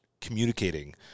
communicating